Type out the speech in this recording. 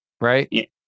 right